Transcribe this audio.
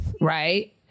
Right